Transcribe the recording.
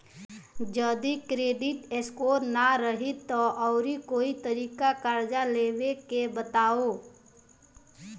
जदि credit score ना रही त आऊर कोई तरीका कर्जा लेवे के बताव?